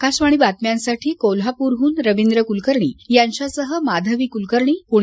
आकाशवाणी बातम्यांसाठी कोल्हापूरहून रवींद्र कुलकर्णी यांच्यासह माधवी कुलकर्णी पुणे